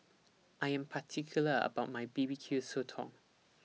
I Am particular about My B B Q Sotong